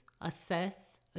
Assess